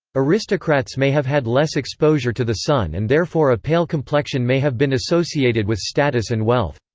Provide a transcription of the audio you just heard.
aristocrats may have had less exposure to the sun and therefore a pale complexion may have been associated with status and wealth.